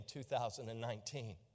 2019